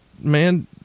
man